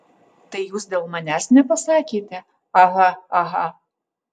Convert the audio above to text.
tai jūs dėl manęs nepasakėte aha aha